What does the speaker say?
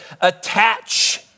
attach